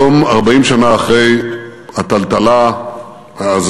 היום, 40 שנה אחרי הטלטלה העזה